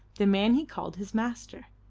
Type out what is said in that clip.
the man he called his master.